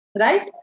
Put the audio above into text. Right